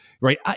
right